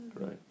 Right